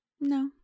No